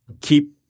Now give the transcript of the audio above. keep